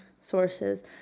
sources